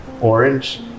orange